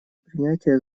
принятия